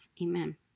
Amen